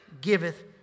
giveth